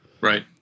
Right